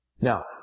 Now